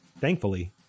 Thankfully